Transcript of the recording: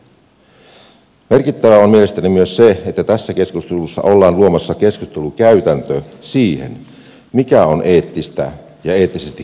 merkittävää on mielestäni myös se että tässä keskustelussa ollaan luomassa keskustelukäytäntö siihen mikä on eettistä ja eettisesti kestävää työtä